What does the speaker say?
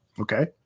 Okay